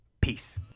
Peace